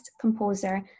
composer